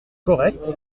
correct